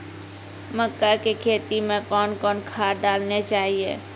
मक्का के खेती मे कौन कौन खाद डालने चाहिए?